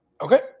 Okay